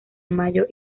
mayo